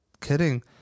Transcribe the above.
kidding